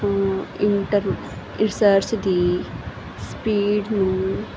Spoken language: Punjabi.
ਇੰਟਰ ਰਿਸਰਚ ਦੀ ਸਪੀਡ ਨੂੰ